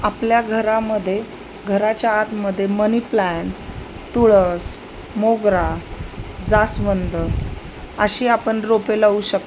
आपल्या घरामध्ये घराच्या आतमध्ये मनी प्लांट तुळस मोगरा जास्वंद अशी आपण रोपे लावू शकतात